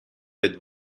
with